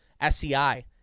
SCI